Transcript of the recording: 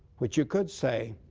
which you could say